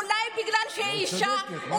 אולי בגלל שהיא אישה?